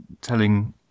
telling